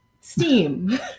steam